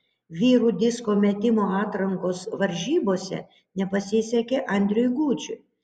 vyrų disko metimo atrankos varžybose nepasisekė andriui gudžiui